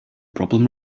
problem